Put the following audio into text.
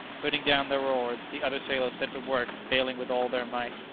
putting down their oars, the other sailors set to work baling with all their might.